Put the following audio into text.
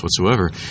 whatsoever